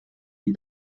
die